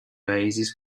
oasis